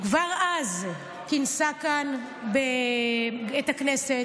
כבר אז כינסה כאן את הכנסת.